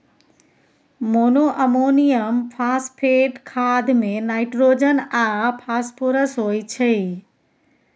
monoammonium phosphate खाद मे nitrogen आ फास्फोरस होइ छै